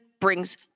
brings